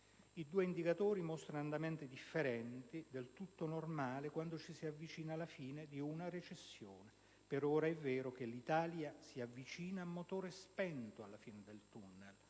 I due indicatori mostrano andamenti differenti, il che è del tutto normale quando ci si avvicina alla fine di una recessione. Per ora è vero che l'Italia si avvicina a motore spento alla fine del tunnel,